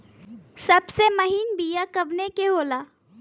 सबसे महीन बिया कवने के होला?